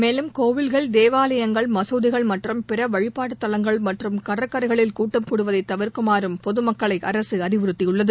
மேலும் கோயில்கள் தேவாலயங்கள் மசூதிகள் மற்றும் பிற வழிபாட்டுத் தலங்கள் மற்றும் கடற்கரைகளில் கூட்டம் கூடுவதை தவிா்க்குமாறும் பொதுமக்களை அரசு அறிவுறுத்தியுள்ளது